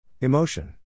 Emotion